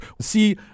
See